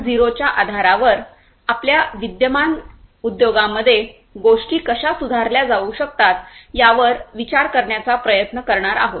0 च्या आधारावर आपल्या विद्यमान उद्योगांमध्ये गोष्टी कशा सुधारल्या जाऊ शकतात यावर विचार करण्याचा प्रयत्न करणार आहोत